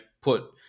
put